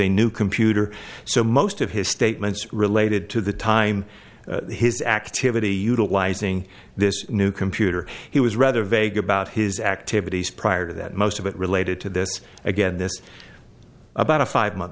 a new computer so most of his statements related to the time his activity utilizing this new computer he was rather vague about his activities prior to that most of it related to this this again about a five month